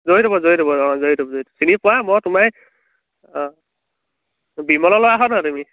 জৰিটুপ জৰিটুপত অঁ জৰিটুপত চিনি পোৱা মই তোমাৰ অঁ বিমলৰ ল'ৰা হয় নহয় তুমি